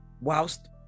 Whilst